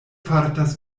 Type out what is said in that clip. fartas